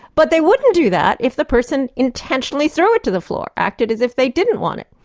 but they wouldn't do that if the person intentionally threw it to the floor, acted as if they didn't want it.